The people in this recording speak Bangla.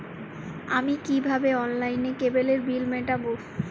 আমি কিভাবে অনলাইনে কেবলের বিল মেটাবো?